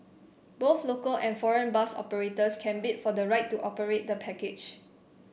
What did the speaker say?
both local and foreign bus operators can bid for the right to operate the package